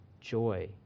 joy